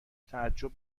تعجب